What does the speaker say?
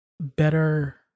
better